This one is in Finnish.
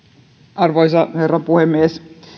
arvoisa herra puhemies